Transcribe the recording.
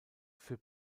für